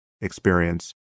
experience